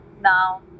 now